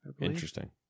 Interesting